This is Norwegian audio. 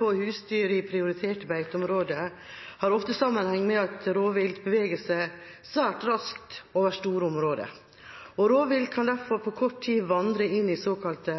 på husdyr i prioriterte beiteområder har ofte sammenheng med at rovvilt beveger seg svært raskt over store områder. Rovvilt kan derfor på kort tid vandre inn i såkalte